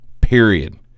period